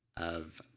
of